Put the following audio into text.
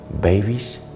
babies